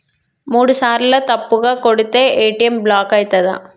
మూడుసార్ల తప్పుగా కొడితే ఏ.టి.ఎమ్ బ్లాక్ ఐతదా?